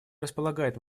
располагает